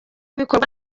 bikorwa